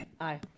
Aye